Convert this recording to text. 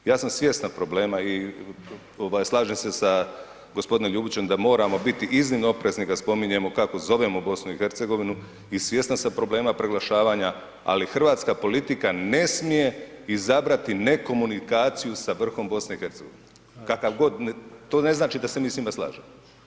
Ja sam svjestan problema i slažem se sa gospodinom Ljubićem da moramo biti iznimno oprezni kada spominjemo kako zovemo BiH i svjestan sam problema preglašavanja, ali hrvatska politika ne smije izabrati ne komunikaciju sa vrhom BiH, to ne znači da se mi s njima slažemo.